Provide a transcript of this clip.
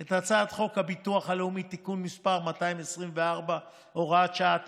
את הצעת חוק הביטוח הלאומי (תיקון מס' 224 והוראת שעה),